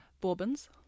bourbons